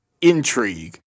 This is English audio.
intrigue